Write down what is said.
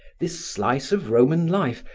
this slice of roman life,